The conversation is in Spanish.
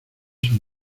son